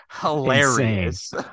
hilarious